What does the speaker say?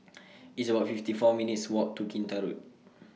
It's about fifty four minutes' Walk to Kinta Road